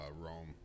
Rome